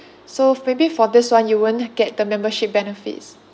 so maybe for this one you won't get the membership benefits